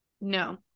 No